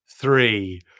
three